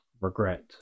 regret